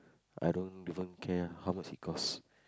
I don't even care how much it cost